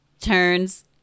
turns